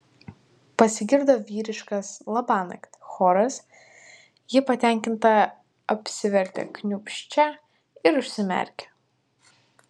pasigirdo vyriškas labanakt choras ji patenkinta apsivertė kniūbsčia ir užsimerkė